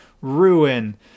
ruin